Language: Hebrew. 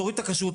תוריד את הכשרות,